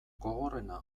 gogorrena